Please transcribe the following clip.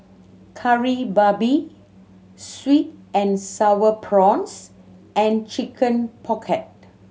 Kari Babi sweet and Sour Prawns and Chicken Pocket